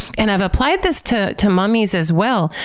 and i've applied this to to mummies as well.